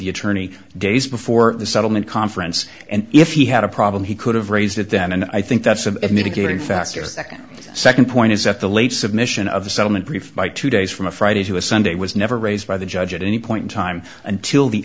the attorney days before the settlement conference and if he had a problem he could have raised that then and i think that's a mitigating factor the second point is that the late submission of the settlement brief by two days from a friday to a sunday was never raised by the judge at any point in time until the